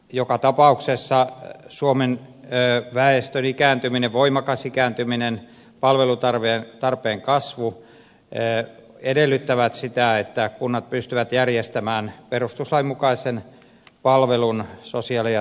joka tapauksessa suomen väestön voimakas ikääntyminen ja palvelutarpeen kasvu edellyttävät sitä että kunnat pystyvät järjestämään perustuslain mukaisen palvelun sosiaali ja terveyspalveluissa